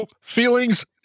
feelings